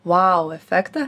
vou efektą